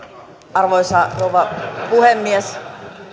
arvoisa rouva puhemies